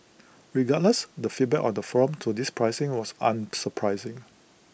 regardless the feedback on the forum to this pricing was unsurprising